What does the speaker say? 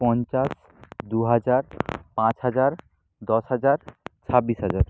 পঞ্চাশ দু হাজার পাঁচ হাজার দশ হাজার ছাব্বিশ হাজার